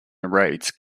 narrates